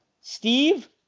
Steve